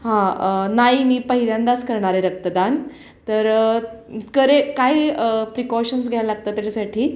हां नाही मी पहिल्यांदाच करणार आहे रक्तदान तर करे काही प्रिकॉशन्स घ्यायला लागतात त्याच्यासाठी